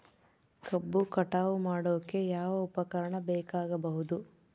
ಕಬ್ಬು ಕಟಾವು ಮಾಡೋಕೆ ಯಾವ ಉಪಕರಣ ಬೇಕಾಗಬಹುದು?